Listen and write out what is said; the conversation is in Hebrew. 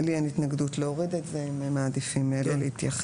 לי אין התנגדות להוריד את זה אם מעדיפים לא להתייחס.